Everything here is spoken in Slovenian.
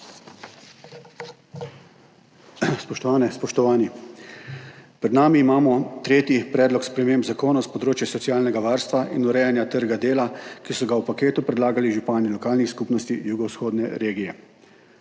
Spoštovane, spoštovani! Pred nami imamo tretji predlog sprememb zakona s področja socialnega varstva in urejanja trga dela, ki so ga v paketu predlagali župani lokalnih skupnosti jugovzhodne regije.